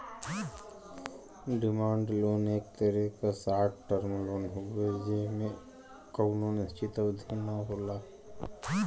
demand loan एक तरे क शार्ट टर्म लोन हउवे जेमे कउनो निश्चित अवधि न होला